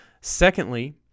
Secondly